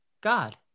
God